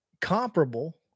comparable